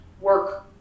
work